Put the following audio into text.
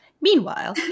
meanwhile